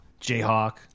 Jayhawk